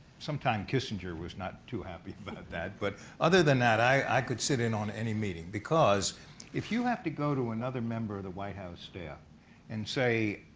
sometimes kissinger was not too happy about that, but other than that, i could sit in on any meeting. because if you have to go to another member of the white house staff and say,